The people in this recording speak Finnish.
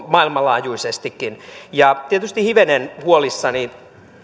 maailmanlaajuisestikin tietysti hivenen huolissani